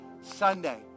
Sunday